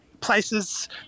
places